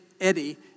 Eddie